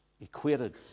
equated